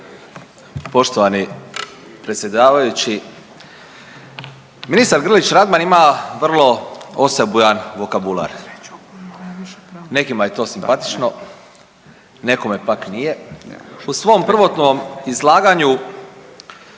Poštovani predsjedavajući, ministar Grlić Radman ima vrlo osebujan vokabular. Nekima je to simpatično, nekima pak nije. U svom prvotnom izlaganju